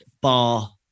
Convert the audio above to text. bar